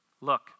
Look